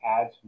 adds